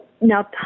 Now